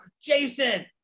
jason